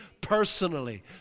personally